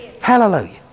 Hallelujah